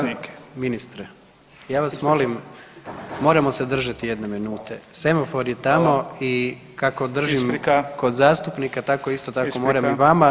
Kolega ministre, ja vas molim, moramo se držati jedne minute, semafor je tamo i kako držim [[Upadica Beroš: Isprika]] kod zastupnika, tako isto, tako moram i vama.